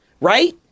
Right